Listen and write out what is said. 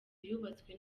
yubatswe